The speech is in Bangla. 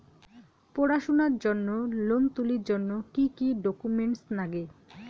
পড়াশুনার জন্যে লোন তুলির জন্যে কি কি ডকুমেন্টস নাগে?